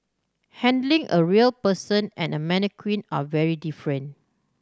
handling a real person and a mannequin are very different